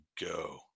go